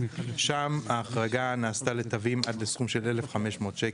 שם ההחרגה נעשתה לתווים עד לסכום של עד 1,500 ₪.